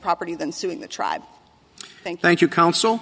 property than suing the tribe thank thank you coun